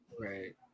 Right